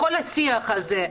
לכל השיח הזה,